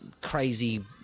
crazy